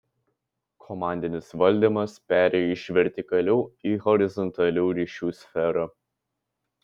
komandinis valdymas perėjo iš vertikalių į horizontalių ryšių sferą